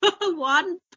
one